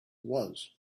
was